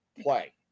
play